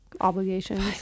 obligations